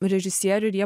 režisierių ir jie